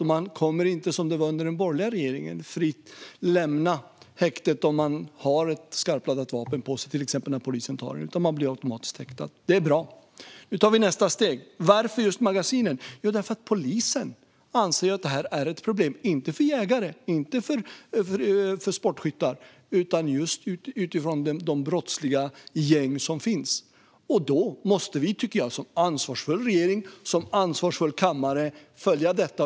Om man har ett skarpladdat vapen på sig, till exempel när polisen tar en, kan man inte, som under den borgerliga regeringen, fritt lämna häktet. Man blir automatiskt häktad. Det är bra. Nu tar vi nästa steg. Varför gäller det just magasinen? Jo, därför att polisen anser att det är ett problem - inte i fråga om jägare och sportskyttar, utan just när det gäller de brottsliga gäng som finns. Då måste vi, som ansvarsfull regering och som ansvarsfull kammare, följa detta.